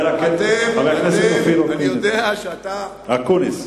אתם, אני יודע שאתה, חבר הכנסת אקוניס,